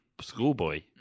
schoolboy